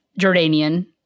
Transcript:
Jordanian